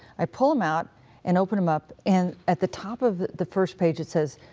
i pull em out and open em up, and at the top of the first page, it says,